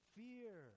fear